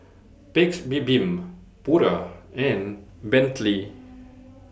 Paik's Bibim Pura and Bentley